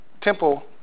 temple